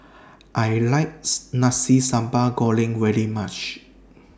I likes Nasi Sambal Goreng very much